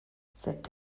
cette